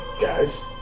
guys